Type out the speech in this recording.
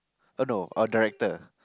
oh no or director